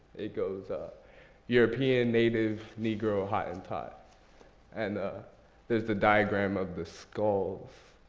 it goes european, native, negro, hottentot. and ah there's the diagram of the skulls,